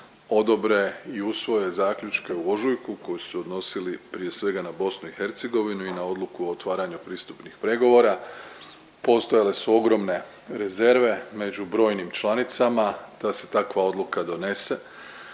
odobre i usvoje zaključke u ožujku koji su se odnosili prije svega na BiH i na odluku o otvaranju pristupnih pregovora. Postojale su ogromne rezerve među brojim članicama da se takva odluka donese.